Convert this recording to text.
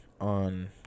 on